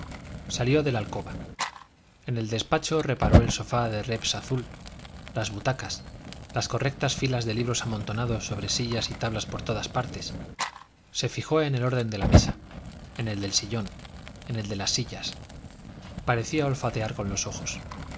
salió de la alcoba en el despacho reparó el sofá de reps azul las butacas las correctas filas de libros amontonados sobre sillas y tablas por todas partes se fijó en el orden de la mesa en el del sillón en el de las sillas parecía olfatear con los ojos